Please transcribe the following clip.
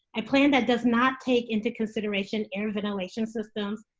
a plan that does not take into consideration air ventilation systems,